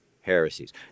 heresies